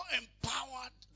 empowered